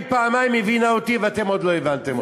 היא פעמיים הבינה אותי ואתם עוד לא הבנתם אותי.